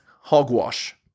hogwash